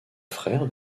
frère